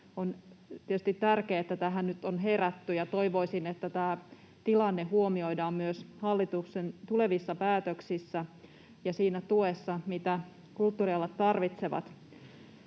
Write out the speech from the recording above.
On tietysti tärkeää, että tähän nyt on herätty, ja toivoisin, että tämä tilanne huomioidaan myös hallituksen tulevissa päätöksissä ja siinä tuessa, mitä kulttuurialat tarvitsevat.